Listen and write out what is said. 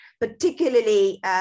particularly